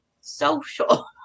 social